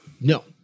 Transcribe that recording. No